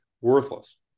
worthless